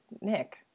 Nick